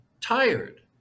tired